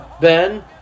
Ben